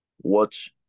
watch